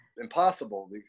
Impossible